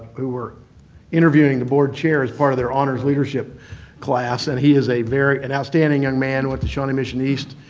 who were interviewing the board chair as part of their honors leadership class, and he is a very an outstanding young man. went to shawnee mission east.